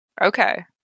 Okay